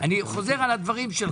אני חוזר על דבריך.